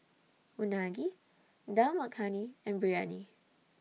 Unagi Dal Makhani and Biryani